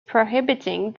prohibiting